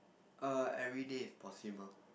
err everyday if possible